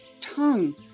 tongue